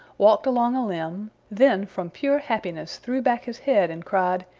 walked along a limb, then from pure happiness threw back his head and cried,